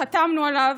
חתמנו עליו.